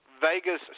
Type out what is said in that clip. Vegas